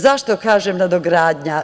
Zašto kažem nadogradnja?